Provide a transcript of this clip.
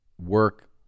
work